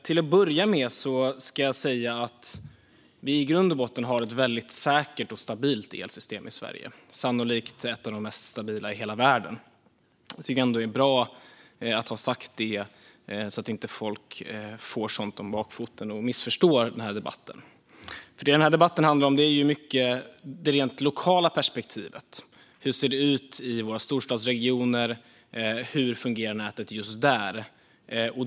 Till att börja med ska jag säga att vi har ett mycket säkert och stabilt elsystem i Sverige, sannolikt ett av de stabilaste i hela världen. Jag tycker att det är bra att ha sagt det, så att folk inte får det om bakfoten och missförstår debatten. Det debatten handlar om är i mycket det rent lokala perspektivet: hur det ser ut i våra storstadsregioner och hur nätet fungerar just där.